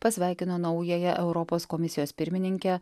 pasveikino naująją europos komisijos pirmininkę